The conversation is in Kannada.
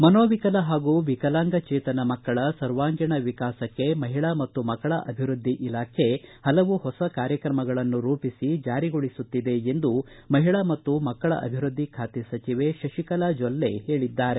ಮಸೋವಿಕಲ ಹಾಗೂ ವಿಕಲಾಂಗ ಜೇತನ ಮಕ್ಕಳ ಸರ್ವಾಂಗೀಣ ವಿಕಾಸಕ್ಕೆ ಮಹಿಳಾ ಮತ್ತು ಮಕ್ಕಳ ಅಭಿವೃದ್ಧಿ ಇಲಾಖೆ ಹಲವು ಹೊಸ ಕಾರ್ಯತ್ರಮಗಳನ್ನು ರೂಪಿಸಿ ಜಾರಿಗೊಳಸುತ್ತಿದೆ ಎಂದು ಮಹಿಳಾ ಮತ್ತು ಮಕ್ಕಳ ಅಭಿವೃದ್ದಿ ಖಾತೆ ಸಚಿವ ಶತಿಕಲಾ ಜೊಲ್ಲೆ ಹೇಳಿದ್ದಾರೆ